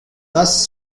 thus